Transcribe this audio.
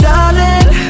Darling